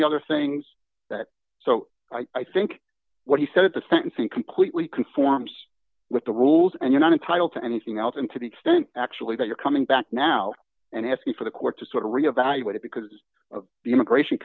the other things that so i think what he said at the sentencing completely conforms with the rules and you're not entitled to anything else and to the extent actually that you're coming back now and asking for the court to sort of re evaluate it because of the immigration